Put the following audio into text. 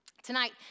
Tonight